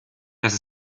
dass